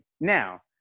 Now